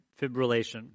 fibrillation